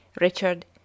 Richard